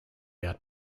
out